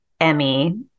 Emmy